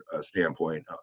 standpoint